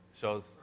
Shows